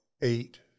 eight